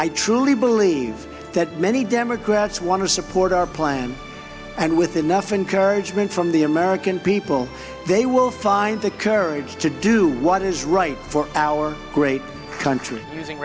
i truly believe that many democrats want to support our plan and with enough encouragement from the american people they will find the courage to do what is right for our great country musi